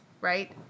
right